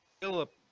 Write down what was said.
Philip